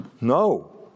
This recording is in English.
No